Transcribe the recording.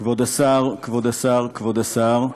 כבוד השר, כבוד השר, כבוד השר,